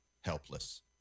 helpless